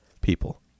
people